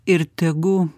ir tegu